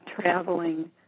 traveling